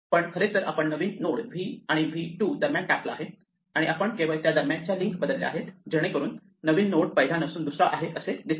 पण खरे तर आपण नवीन नोड v आणि v2 यादरम्यान टाकला आहे आणि आपण केवळ त्या दरम्यानच्या लिंक बदललेल्या आहेत जेणेकरून नवीन नोड हा पहिला नसून दुसरा आहे असे दिसते